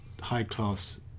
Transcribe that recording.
high-class